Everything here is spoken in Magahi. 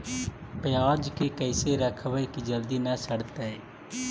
पयाज के कैसे रखबै कि जल्दी न सड़तै?